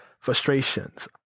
frustrations